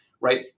right